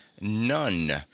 none